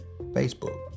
Facebook